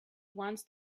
once